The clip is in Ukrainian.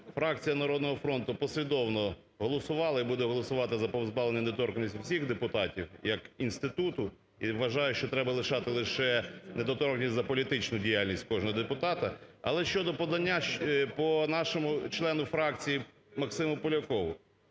фракція "Народного фронту" послідовно голосувала і буде голосувати за позбавлення недоторканності всіх депутатів як інституту, і вважає, що треба лишати лише недоторканність за політичну діяльність кожного депутата. Але щодо подання по нашому члену фракції Максиму Полякову.